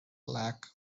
lack